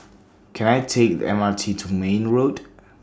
Can I Take The M R T to Mayne Road